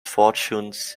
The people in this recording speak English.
fortunes